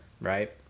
right